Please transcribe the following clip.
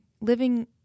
living